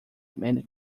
many